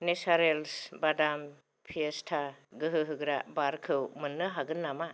naturals बादाम Fiesta गोहोहोग्रा बारखौ मोननो हागोन नामा